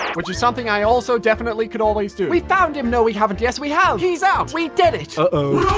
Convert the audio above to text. which is something i also definitely could always do we found him no we haven't yes we have! he's out! we did it! ah oh